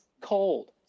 cold